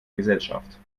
gesellschaft